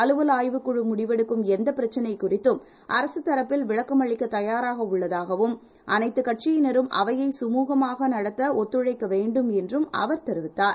அலுவல்ஆய்வுக்குழுமுடிவெடுக்கும்எந்தபிரச்னைகுறித்தும்அரசுதரப்பில்விளக்கம்அ ளிக்கதயாராகஉள்ளதாகவும் அனைத்துகட்சியினரும்அவையைசுமுகமாகநடத்தஒத்துழைக்கவேண்டும்என்றும் அவர்தெரிவித்திருக்கிறார்